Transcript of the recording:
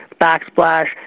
backsplash